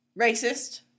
racist